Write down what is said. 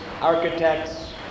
architects